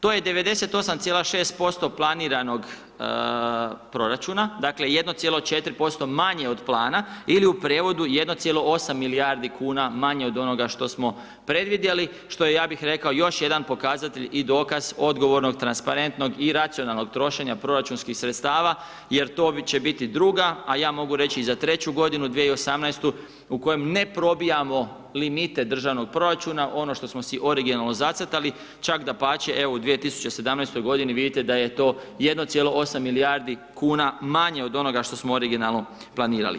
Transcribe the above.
To je 98,6% planiranog proračuna, dakle, 1,4% manje od plana ili u prijevodu 1,8 milijardi kuna manje od onoga što smo predvidjeli, što je, ja bih rekao još jedan pokazatelj i dokaz odgovornog transparentnog i racionalnog trošenja proračunskih sredstava jer to će biti druga, a ja mogu reći i za treću godinu 2018. u kojoj ne probijamo limite državnog proračuna ono što smo si originalno zacrtali, čak dapače, evo u 2017. godini vidite da je to 1,8 milijardi kuna manje od onoga što smo originalno planirali.